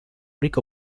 ricco